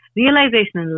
realization